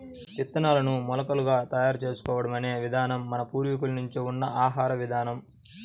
విత్తనాలను మొలకలుగా తయారు చేసుకోవడం అనే విధానం మన పూర్వీకుల నుంచే ఉన్న ఆహార విధానం